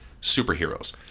superheroes